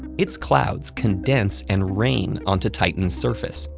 its clouds condense and rain onto titan's surface,